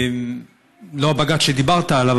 לא הבג"ץ שדיברת עליו,